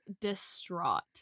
distraught